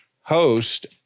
host